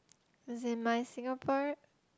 as in my Singapore